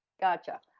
Gotcha